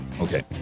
okay